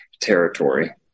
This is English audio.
Territory